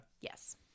Yes